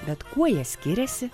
bet kuo jie skiriasi